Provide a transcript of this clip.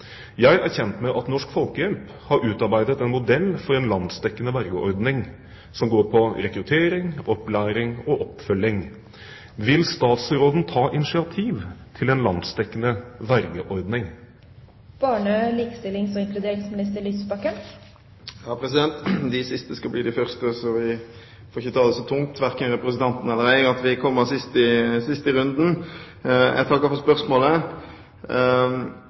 Jeg er kjent med at Norsk Folkehjelp har utarbeidet en modell for en landsdekkende vergeordning, som går på rekruttering, opplæring og oppfølging. Vil statsråden ta initiativ til en landsdekkende vergeordning?» De siste skal bli de første, så vi får ikke ta det så tungt, verken representanten eller jeg, at vi kommer sist i runden. Jeg takker for spørsmålet.